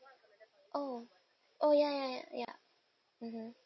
oh oh ya ya ya ya mmhmm